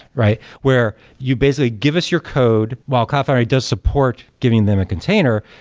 right? where you basically give us your code while cloud foundry does support giving them a container,